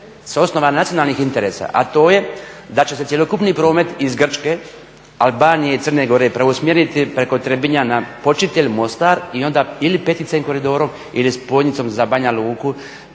s osnova nacionalnih interesa, a to je da će se cjelokupni promet iz Grčke, Albanije i Crne Gore preusmjeriti preko Trebinja na …/Govornik se ne razumije./… ili Mostar i onda ili VC Koridorom ili spojnicom za Banja Luku